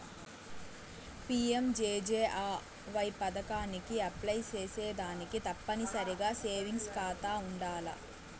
PMJJAY పదకానికి apply సేసేదానికి తప్పనిసరిగా సేవింగ్స్ కాతా ఉండాల్ల